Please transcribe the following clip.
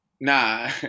Nah